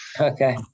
Okay